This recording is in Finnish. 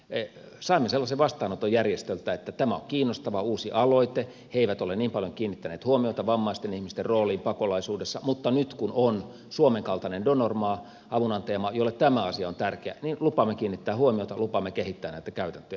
saimme sellaisen vastaanoton järjestöltä että tämä on kiinnostava uusi aloite he eivät ole niin paljon kiinnittäneet huomiota vammaisten ihmisten rooliin pakolaisuudessa mutta nyt kun on suomen kaltainen donor maa avunantajamaa jolle tämä asia on tärkeä niin lupaamme kiinnittää huomiota lupaamme kehittää näitä käytäntöjä